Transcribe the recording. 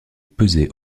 pesé